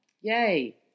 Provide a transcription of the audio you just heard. Yay